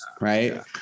right